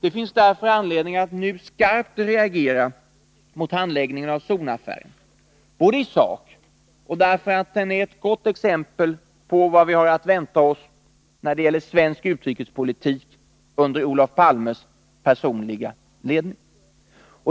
Det finns därför anledning att nu skarpt reagera mot handläggningen av zonaffären, både i sak och därför att den är ett gott Nr 154 exempel på vad vi har att vänta oss när det gäller svensk utrikespolitik under Olof Palmes personliga ledning.